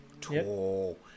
tall